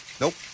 Nope